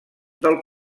del